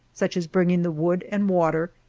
such as bringing the wood and water,